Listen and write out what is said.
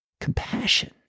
Compassion